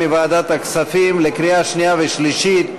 מוועדת הכספים לקריאה שנייה ושלישית,